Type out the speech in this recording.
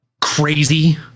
crazy